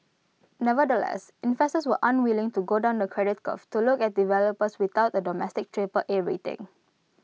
nevertheless investors were unwilling to go down the credit curve to look at developers without A domestic Triple A rating